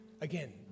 Again